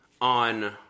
on